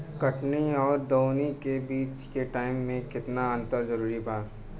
कटनी आउर दऊनी के बीच के टाइम मे केतना अंतर जरूरी बा?